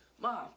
Mom